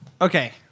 okay